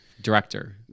Director